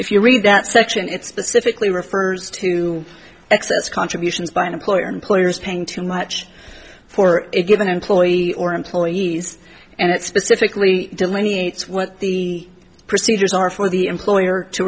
if you read that section it specifically refers to excess contributions by employer employers paying too much for a given employee or employees and it specifically delineates what the procedures are for the